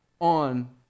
on